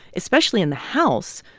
especially in the house,